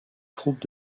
troupes